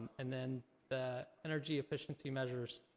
and then the energy efficiency measures,